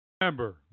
remember